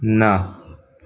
न